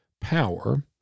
power